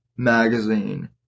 Magazine